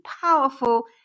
powerful